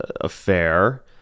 affair